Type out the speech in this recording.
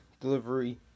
delivery